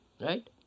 Right